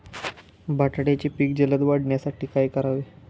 बटाट्याचे पीक जलद वाढवण्यासाठी काय करावे?